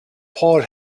paul